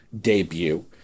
debut